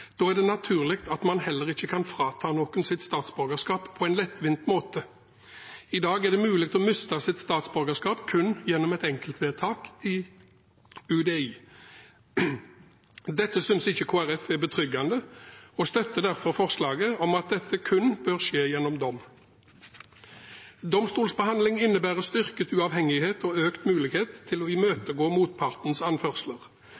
Da er det naturlig at man heller ikke kan frata noen deres statsborgerskap på en lettvint måte. I dag er det mulig å miste sitt statsborgerskap gjennom kun et enkeltvedtak i UDI. Dette synes ikke Kristelig Folkeparti er betryggende og støtter derfor forslaget om at dette kun bør skje gjennom dom. Domstolsbehandling innebærer styrket uavhengighet og økt mulighet til å imøtegå motpartens anførsler.